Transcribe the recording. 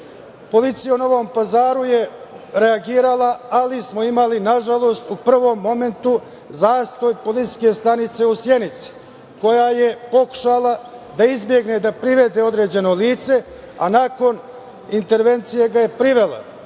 policija u Novom Pazaru je reagovala, ali smo imali, nažalost, u prvom momentu zastoj policijske stanice u Sjenici, koja je pokušala da izbegne da privede određeno lice, a nakon intervencije ga je privela.Međutim,